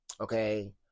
okay